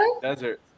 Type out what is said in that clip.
desert